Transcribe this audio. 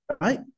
right